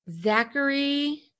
Zachary